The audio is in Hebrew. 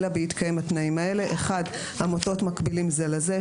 אלא בהתקיים התנאים האלה: המוטות מקבילים זה לזה.